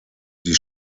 sie